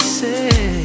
say